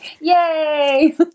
Yay